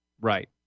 Right